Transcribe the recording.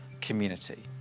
community